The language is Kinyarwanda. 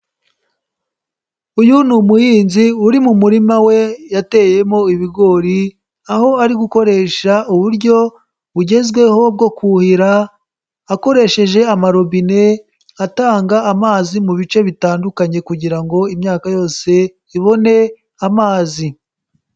Uyu ni umuhinzi uri mu murima we yateyemo ibigori, aho ari gukoresha uburyo bugezweho bwo kuhira akoresheje amarobine atanga amazi mu bice bitandukanye, kugira ngo imyaka yose ibone amazi.